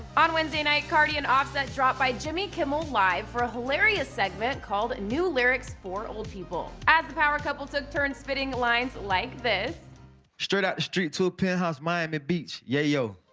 on wednesday night, cardi and offset dropped by jimmy kimmel live for a hilarious segment called new lyrics for old people. as the power couple took turns spitting lines like this straight out the streets to a penthouse, miami beach, yayo.